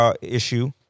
issue